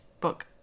book